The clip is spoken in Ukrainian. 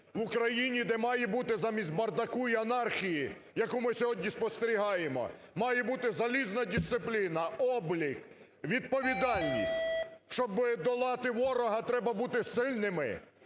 в Україні, де має бути, замість бардаку і анархії, яку ми сьогодні спостерігаємо, має бути залізна дисципліна, облік, відповідальність. Щоб долати ворога, треба бути сильними,